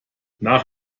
nach